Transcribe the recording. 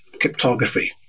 cryptography